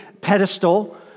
pedestal